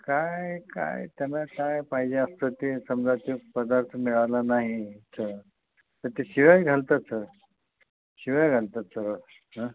काय काय त्यांना काय पाहिजे असतं ते समजा ते पदार्थ मिळाला नाही तर तर ते शिव्याच घालतात तर शिव्या घालतात सरळ